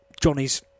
Johnny's